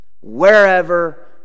Wherever